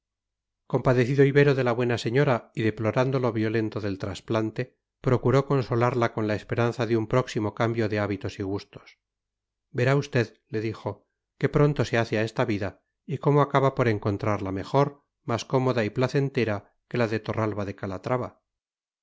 compadecido ibero de la buena señora y deplorando lo violento del trasplante procuró consolarla con la esperanza de un próximo cambio de hábitos y gustos verá usted le dijo qué pronto se hace a esta vida y cómo acaba por encontrarla mejor más cómoda y placentera que la de torralba de calatrava